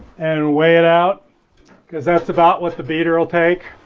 and weigh it out because that's about what the beater will take